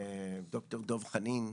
ד"ר דב חנין,